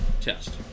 test